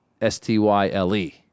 S-T-Y-L-E